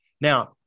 Now